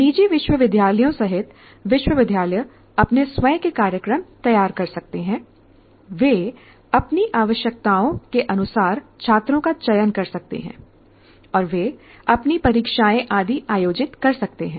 निजी विश्वविद्यालयों सहित विश्वविद्यालय अपने स्वयं के कार्यक्रम तैयार कर सकते हैं वे अपनी आवश्यकताओं के अनुसार छात्रों का चयन कर सकते हैं और वे अपनी परीक्षाएं आदि आयोजित कर सकते हैं